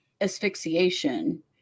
asphyxiation